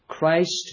Christ